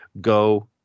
go